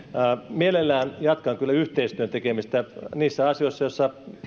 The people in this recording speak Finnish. mielelläni jatkan kyllä yhteistyön tekemistä niissä asioissa joissa